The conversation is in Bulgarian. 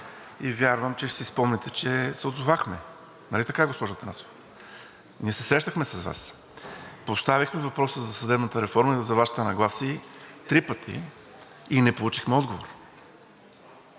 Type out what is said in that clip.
и вярвам, че ще си спомните, че се отзовахме. Нали така, госпожо Атанасова? Ние се срещнахме с Вас, поставихме въпроса за съдебната реформа и за Вашите нагласи три пъти и не получихме отговор.